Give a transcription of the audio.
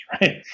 right